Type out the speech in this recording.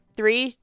three